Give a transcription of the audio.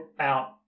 out